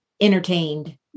entertained